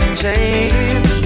change